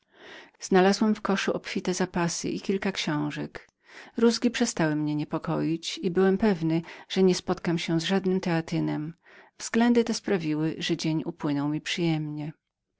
znalazłem w koszu obfite zapasy i kilka książek rózgi przestały mnie niepokoić byłem pewny że nie spotkam się z żadnym teatynem dwie te zatem uwagi sprawiły że dzień upłynął mi dość przyjemnie